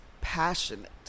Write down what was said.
passionate